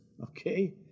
Okay